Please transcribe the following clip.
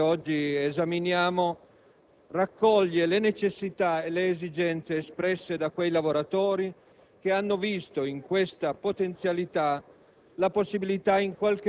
Il testo che oggi esaminiamo raccoglie le necessità e le esigenze espresse da quei lavoratori che hanno visto in questa potenzialità